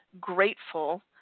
grateful